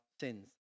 sins